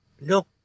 No